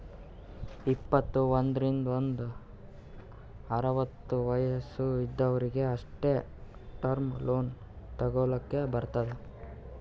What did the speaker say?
ಇಪ್ಪತ್ತು ಒಂದ್ರಿಂದ್ ಅರವತ್ತ ವಯಸ್ಸ್ ಇದ್ದೊರಿಗ್ ಅಷ್ಟೇ ಟರ್ಮ್ ಲೋನ್ ತಗೊಲ್ಲಕ್ ಬರ್ತುದ್